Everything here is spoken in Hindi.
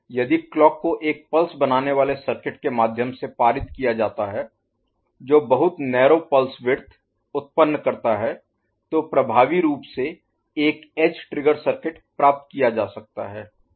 यदि क्लॉक को एक पल्स बनाने वाले सर्किट के माध्यम से पारित किया जाता है जो बहुत narrow pulse width Narrow Pulse Width संकीर्ण पल्स चौड़ाई उत्पन्न करता है तो प्रभावी रूप से एक एज ट्रिगर सर्किट प्राप्त किया जा सकता है